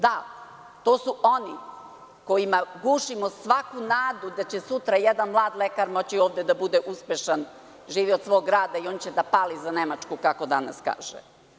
Da, to su oni kojima gušimo svaku nadu da će sutra jedan mlad lekar moći ovde da bude uspešan, živi od svog rada i on će da pali za Nemačku, tako danas kaže.